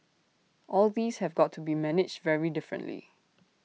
all these have got to be managed very differently